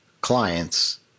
clients